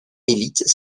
élites